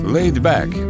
Laidback